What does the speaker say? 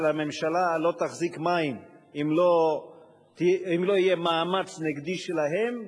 הממשלה לא תחזיק מים אם לא יהיה מאמץ נגדי שלהם.